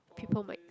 people might